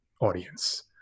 audience